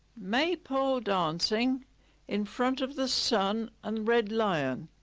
maypole dancing in front of the sun and red lion